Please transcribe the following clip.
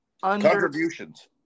Contributions